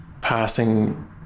passing